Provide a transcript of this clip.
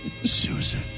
Susan